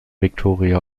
victoria